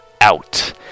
out